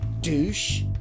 douche